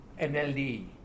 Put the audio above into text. NLD